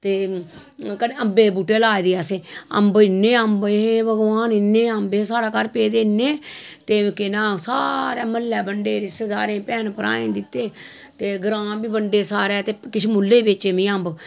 ते कन्नै अम्बें दे बूह्टे लाए दे असें अम्ब इन्ने अम्ब हे भगवान इन्ने अम्ब हे साढ़ै घर पेदे इन्ने ते केह् नां सारै म्हल्लै बंडे रिश्तेदारें भैन भ्राएं दित्ते ते ग्रांऽ बी बंडे सारै ते किश मुल्लै बेच्चे में अम्ब